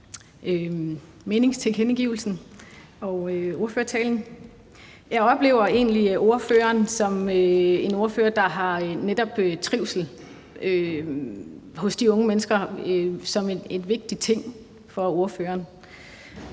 meningstilkendegivelsen og ordførertalen. Jeg oplever egentlig ordføreren som en, der netop ser trivsel hos de unge mennesker som en vigtig ting. Derfor undrer